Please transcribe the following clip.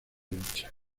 lucha